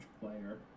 player